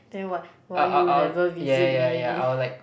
then what why you never visit me